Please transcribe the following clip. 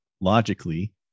logically